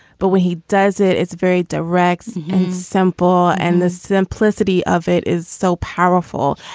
but when he does it, it's very dirac's and simple. and the simplicity of it is so powerful.